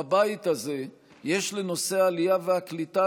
בבית הזה יש לנושא העלייה והקליטה